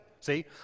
See